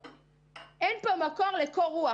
אין פה מקום לקור רוח.